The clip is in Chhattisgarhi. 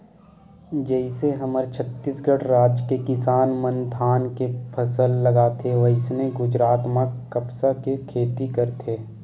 जइसे हमर छत्तीसगढ़ राज के किसान मन धान के फसल लगाथे वइसने गुजरात म कपसा के खेती करथे